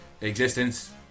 existence